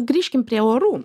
grįžkim prie orų